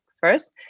first